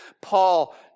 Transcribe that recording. Paul